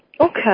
Okay